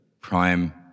prime